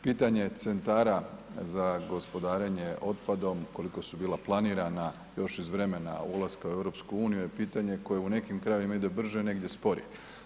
Pitanje Centara za gospodarenje otpadom koliko su bila planirana još iz vremena ulaska u EU je pitanje koje u nekim krajevima ide brže, negdje sporije.